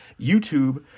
YouTube